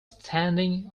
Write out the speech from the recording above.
standing